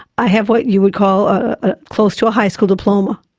i have what you would call a close to a high school diploma.